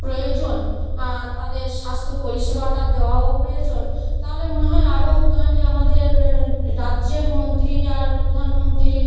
প্রয়োজন আর তাদের স্বাস্থ্য পরিষেবাটা দেওয়াও প্রয়োজন তাহলে মনে হয় আরও কালই আমাদের রাজ্যের মন্ত্রী আর প্রধানমন্ত্রীর